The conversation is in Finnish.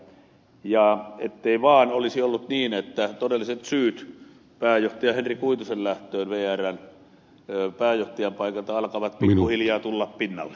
ja ettei vaan olisi ollut niin että todelliset syyt pääjohtaja henri kuitusen lähtöön vrn pääjohtajan paikalta alkavat pikkuhiljaa tulla pinnalle